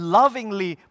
lovingly